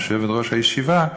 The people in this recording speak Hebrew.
יושבת-ראש הישיבה,